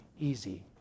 easy